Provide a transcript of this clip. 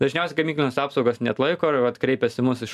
dažniausiai gamyklinės apsaugos neatlaiko ir vat kreipiasi į mus iš